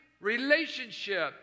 relationship